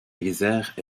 isère